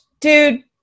dude